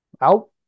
Out